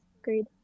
Agreed